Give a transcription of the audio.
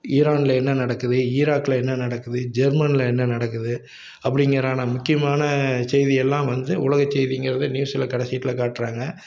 ஈரான்ல என்ன நடக்குது ஈராக்குல என்ன நடக்குது ஜெர்மன்ல என்ன நடக்குது அப்படிங்குறனா முக்கியமான செய்தியெல்லாம் வந்து உலகச் செய்திங்கிறத நியூஸ்ல கடைசிக்குள்ள காட்டுறாங்க